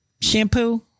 shampoo